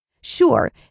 Sure